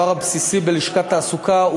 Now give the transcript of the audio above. קודם כול הדבר הבסיסי בלשכת תעסוקה,